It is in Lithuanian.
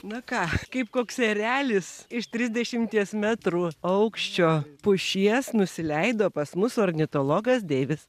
na ką kaip koks erelis iš trisdešimties metrų aukščio pušies nusileido pas mus ornitologas deivis